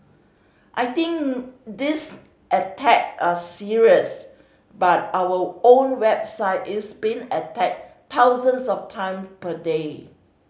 I think these attack are serious but our own website is being attacked thousands of time per day